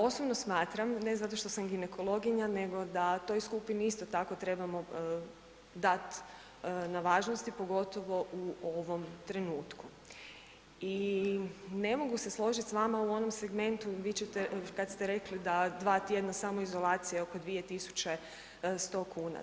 Osobno smatram, ne zato što sam ginekologinja nego da toj skupini isto tako trebamo dati na važnosti, pogotovo u ovom trenutku i ne mogu se složiti s vama u onom segmentu, vi ćete, kad ste rekli da 2 tjedna samoizolacije oko 2 100 kn.